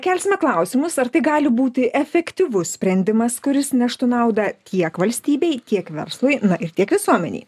kelsime klausimus ar tai gali būti efektyvus sprendimas kuris neštų naudą tiek valstybei tiek verslui ir tiek visuomenei